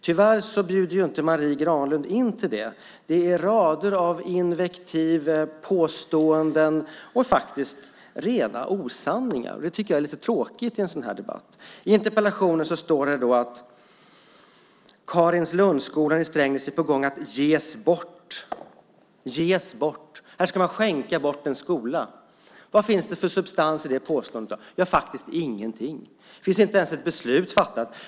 Tyvärr bjuder inte Marie Granlund in till det. Det är rader av invektiv, påståenden och faktiskt rena osanningar. Det tycker jag är tråkigt i en sådan här debatt. I interpellationen står att Karinlundsskolan i Strängnäs är på väg att ges bort, "ges bort". Här ska man skänka bort en skola. Vad finns det för substans i det påståendet? Ja, faktiskt ingenting. Det finns inte ens ett beslut fattat.